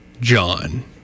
John